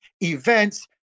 events